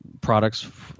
products